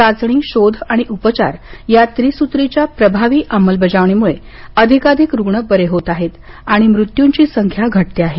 चाचणी शोध आणि उपचार या त्रिसुत्रीच्या प्रभावी अंमलबजावणीमुळे अधिकाधिक रुग्ण बरे होत आहेत आणि मृत्युंची संख्या घटते आहे